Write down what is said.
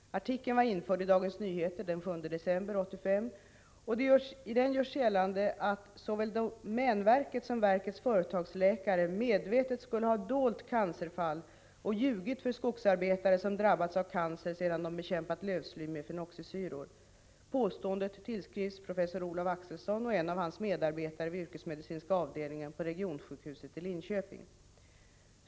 Artikeln var införd i "Dagens Nyheter den 7 december 1985. I denna görs bl.a. gällande att såväl domänverket som verkets företagsläkare medvetet skulle ha dolt cancerfall och ljugit för skogsarbetare som drabbats av cancer sedan de bekämpat lövsly med fenoxisyror. Påståendet tillskrivs professor Olav Axelson och en av hans medarbetare vid yrkesmedicinska avdelningen på regionsjukhuset i Linköping.